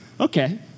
okay